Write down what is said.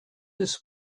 this